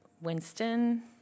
Winston